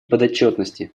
подотчетности